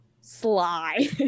sly